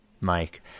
Mike